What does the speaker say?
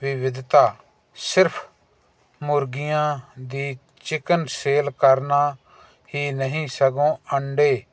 ਵਿਵਿਧਤਾ ਸਿਰਫ ਮੁਰਗੀਆਂ ਦੀ ਚਿਕਨ ਸੇਲ ਕਰਨਾ ਹੀ ਨਹੀਂ ਸਗੋਂ ਅੰਡੇ